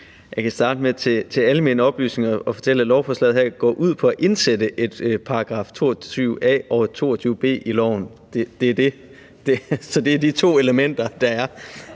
Jeg kan starte med at give den oplysning, at lovforslaget her går ud på at indsætte et § 22 a og et § 22 b i loven. Det er det; det er de to elementer, der er,